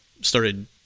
started